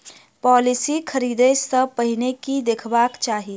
Policy खरीदै सँ पहिने की देखबाक चाहि?